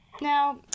Now